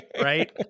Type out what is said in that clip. right